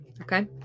Okay